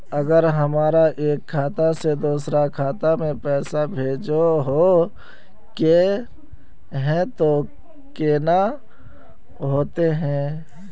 अगर हमरा एक खाता से दोसर खाता में पैसा भेजोहो के है तो केना होते है?